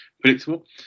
predictable